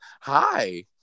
hi